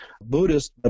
Buddhist